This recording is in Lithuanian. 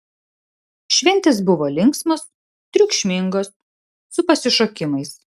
šventės buvo linksmos triukšmingos su pasišokimais